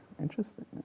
Interesting